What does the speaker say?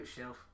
shelf